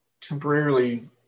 temporarily